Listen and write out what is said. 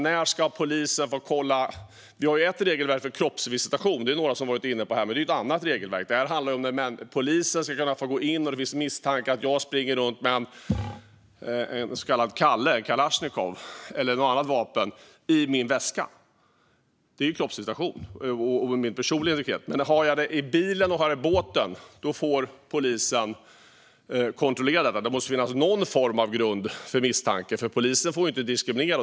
När ska polisen få kolla? Vi har ett regelverk för kroppsvisitation - det har några varit inne på här - men det är ett annat regelverk. Det handlar om att polisen ska kunna gå in om det finns misstankar att jag springer runt med en så kallad kalle, en kalasjnikov, eller något annat vapen i min väska. Det handlar om kroppsvisitation och min personliga integritet. Men har jag det i bilen eller båten, då får polisen kontrollera den. Det måste finnas någon form av grund för misstanke. Polisen får ju inte diskriminera.